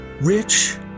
rich